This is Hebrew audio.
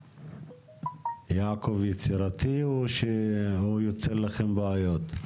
יעקב יצירתי או שהוא יוצר לכם בעיות?